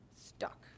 stuck